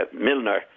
Milner